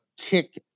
kick